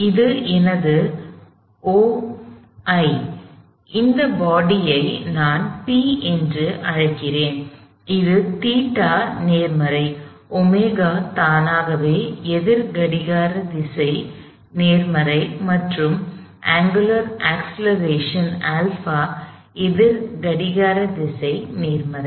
எனவே இது எனது O இந்த பாடி ஐ நான் P என்று அழைக்கிறேன் இது ϴ நேர்மறை ω தானாகவே எதிர் கடிகார திசை நேர்மறை மற்றும் அங்குலர் அக்ஸ்லெரேஷன் α எதிர் கடிகார திசை நேர்மறை